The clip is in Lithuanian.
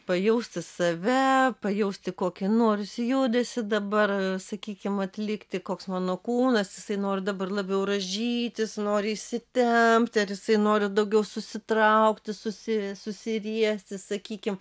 pajausti save pajausti kokį nors judesį dabar sakykim atlikti koks mano kūnas jisai nori dabar labiau rąžytis nori įsitempti ar jisai nori daugiau susitraukti susi susiriesti sakykim